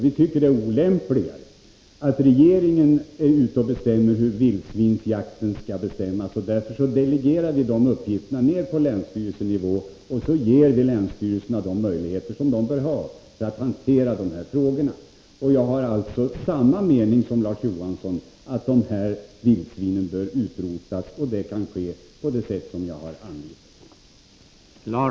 Vi tycker att det är olämpligt att regeringen bestämmer hur vildsvinsjakten skall gå till. Därför delegerar vi den uppgiften till länsnivå och ger länsstyrelserna de möjligheter de bör ha för att hantera de här frågorna. Jag har samma uppfattning som Larz Johansson, att vildsvinen i Södermanlands län bör utrotas. Det kan ske på det sätt som jag har anvisat.